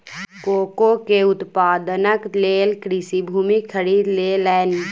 cocoa के उत्पादनक लेल कृषक भूमि खरीद लेलैन